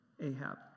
Ahab